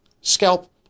scalp